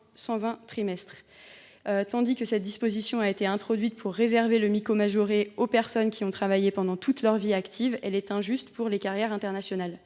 120 trimestres. Alors que cette disposition a été introduite pour réserver le Mico majoré aux personnes qui ont travaillé pendant toute leur vie active, elle est injuste pour les carrières internationales.